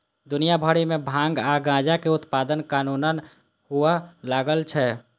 दुनिया भरि मे भांग आ गांजाक उत्पादन कानूनन हुअय लागल छै